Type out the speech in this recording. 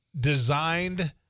designed